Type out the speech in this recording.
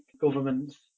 governments